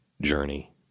journey